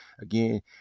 again